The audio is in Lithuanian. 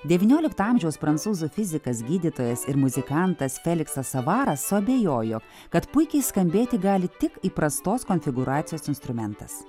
devyniolikto amžiaus prancūzų fizikas gydytojas ir muzikantas feliksas savaras suabejojo kad puikiai skambėti gali tik įprastos konfigūracijos instrumentas